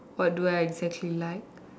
what do I exactly like